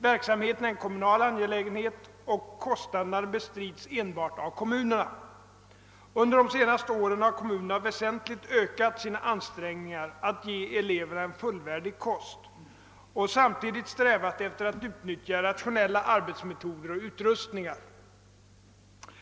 Verksamheten är en kommunal angelägenhet och kostnaderna bestrids enbart av kommunerna. Under de senaste åren har kommunerna väsentligt ökat sina ansträngningar att ge eleverna en fullvärdig kost och samtidigt strävat efter att utnyttja rationella arbetsmetoder och utrustningar.